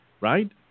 right